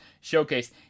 showcase